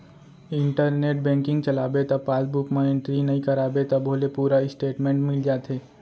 internet banking चलाबे त passbook म एंटरी नइ कराबे तभो ले पूरा इस्टेटमेंट मिल जाथे